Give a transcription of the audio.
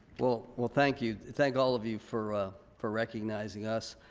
well well thank you, thank all of you for ah for recognizing us.